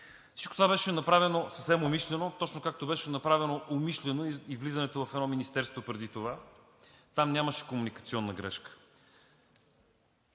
Всичко това беше направено съвсем умишлено, точно както беше направено умишлено и влизането в едно министерство преди това, там нямаше комуникационна грешка.